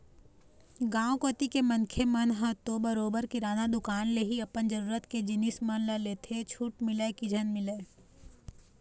गाँव कोती के मनखे मन ह तो बरोबर किराना दुकान ले ही अपन जरुरत के जिनिस मन ल लेथे छूट मिलय की झन मिलय